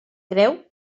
creu